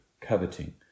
coveting